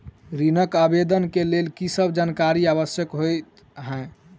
ऋण आवेदन केँ लेल की सब जानकारी आवश्यक होइ है?